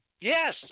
Yes